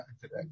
today